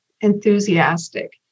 enthusiastic